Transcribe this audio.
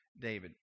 David